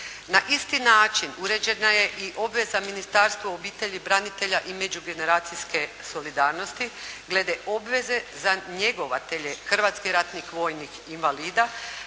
Na isti način uređena je i obveza Ministarstva obitelji, branitelja i međugeneracijske solidarnosti glede obveze za njegovatelje hrvatskih ratnih vojnih invalida